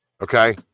Okay